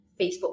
Facebook